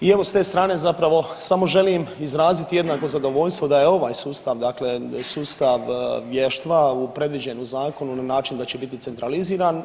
I evo s te strane zapravo samo želim izraziti jednako zadovoljstvo da je ovaj sustav dakle sustav vještva predviđen u zakonu na način da će biti centraliziran.